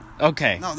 Okay